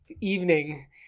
evening